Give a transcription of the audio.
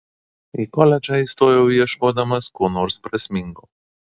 į koledžą įstojau ieškodamas ko nors prasmingo